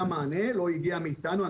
היה מענה לא הגיע מאיתנו.